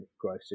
growth